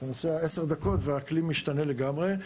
אתה נוסע 10 דקות והאקלים משתנה לגמרי.